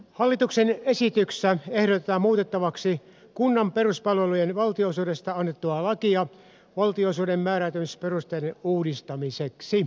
hallituksen esityksessä ehdotetaan muutettavaksi kunnan peruspalvelujen valtionosuudesta annettua lakia valtionosuuden määräytymisperusteiden uudistamiseksi